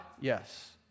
Yes